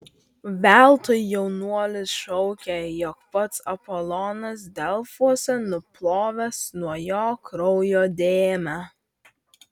veltui jaunuolis šaukė jog pats apolonas delfuose nuplovęs nuo jo kraujo dėmę